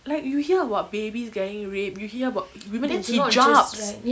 like you hear about babies getting raped you hear about women in hijabs